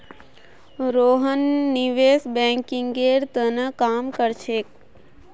रोहन निवेश बैंकिंगेर त न काम कर छेक